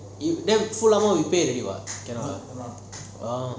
then go down there we pay